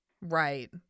Right